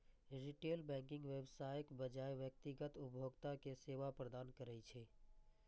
retail banking व्यवसायक बजाय व्यक्तिगत उपभोक्ता कें सेवा प्रदान करै छै